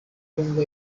kongo